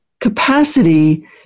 capacity